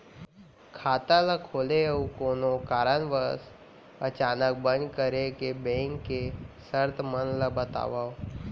खाता ला खोले अऊ कोनो कारनवश अचानक बंद करे के, बैंक के शर्त मन ला बतावव